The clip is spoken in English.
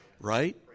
Right